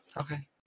Okay